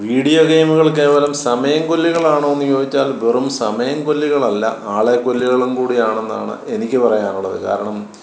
video ഗെയിമുകൾ കേവലം സമയം കൊല്ലികളാണോ എന്ന് ചോദിച്ചാൽ വെറും സമയം കൊല്ലികൾ അല്ല ആളെ കൊല്ലികളും കൂടി ആണെന്നാണ് എനിക്ക് പറയാനുള്ളത് കാരണം